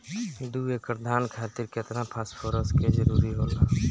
दु एकड़ धान खातिर केतना फास्फोरस के जरूरी होला?